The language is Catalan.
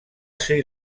sri